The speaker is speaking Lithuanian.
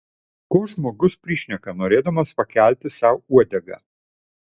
ko žmogus prišneka norėdamas pakelti sau uodegą